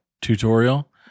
Tutorial